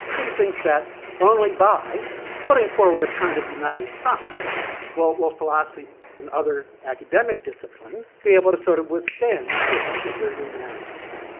thinks that only by putting forward a kind of united front will will philosophy and other academic disciplines, be able to sort of withstand the force of their new managers.